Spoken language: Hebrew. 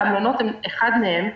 והמלונות הם אחד מהם,